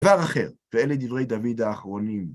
דבר אחר, ואלה דברי דוד האחרונים.